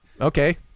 Okay